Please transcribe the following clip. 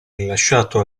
rilasciato